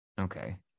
Okay